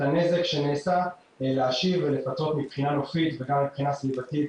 הנזק שנעשה להשיב ולפצות מבחינה נופית וגם מבחינה סביבתית.